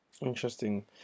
Interesting